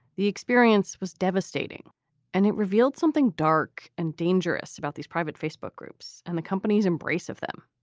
the experience was devastating and it revealed something dark and dangerous about these private facebook groups and the company's embrace of them.